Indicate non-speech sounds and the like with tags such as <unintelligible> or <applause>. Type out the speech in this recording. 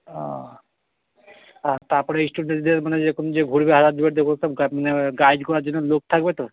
ও আর তারপরে স্টুডেন্টদের মানে এরকম যে ঘুরবে <unintelligible> <unintelligible> মানে গাইড করার জন্য লোক থাকবে তো